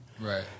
Right